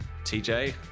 TJ